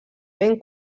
ben